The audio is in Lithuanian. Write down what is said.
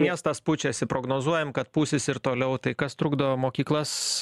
miestas pučiasi prognozuojam kad pūsis ir toliau tai kas trukdo mokyklas